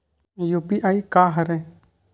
UPI का हरय?